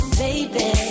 baby